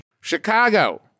Chicago